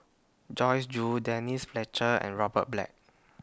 Joyce Jue Denise Fletcher and Robert Black